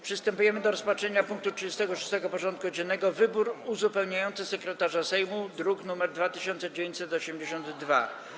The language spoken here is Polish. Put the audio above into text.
Przystępujemy do rozpatrzenia punktu 36. porządku dziennego: Wybór uzupełniający sekretarza Sejmu (druk nr 2982)